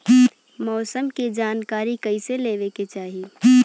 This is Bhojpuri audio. मौसम के जानकारी कईसे लेवे के चाही?